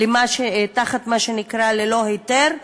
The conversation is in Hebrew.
תחת מה שנקרא "ללא היתר",